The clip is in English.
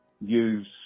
use